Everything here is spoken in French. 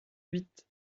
huit